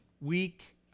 Week